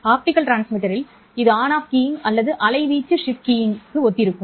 optical டிரான்ஸ்மிட்டரில் இது on off keying அல்லது அலைவீச்சு ஷிப்ட் கீயிங்கிற்கு ஒத்திருக்கும்